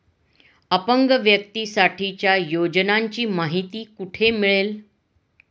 अपंग व्यक्तीसाठीच्या योजनांची माहिती कुठे मिळेल?